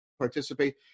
participate